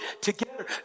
together